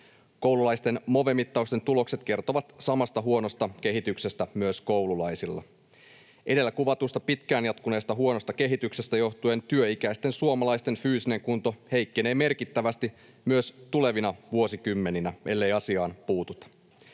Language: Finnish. Koululaisten Move-mittausten tulokset kertovat samasta huonosta kehityksestä myös koululaisilla. Edellä kuvatusta pitkään jatkuneesta huonosta kehityksestä johtuen työikäisten suomalaisten fyysinen kunto heikkenee merkittävästi myös tulevina vuosikymmeninä, ellei asiaan puututa.